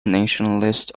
nationalists